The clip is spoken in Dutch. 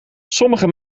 sommige